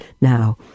Now